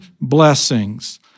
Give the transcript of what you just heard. blessings